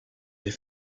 des